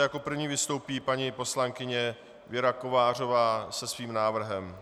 Jako první vystoupí paní poslankyně Věra Kovářová se svým návrhem.